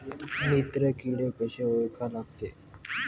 मित्र किडे कशे ओळखा लागते?